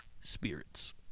Spirits